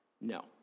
No